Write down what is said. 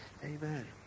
Amen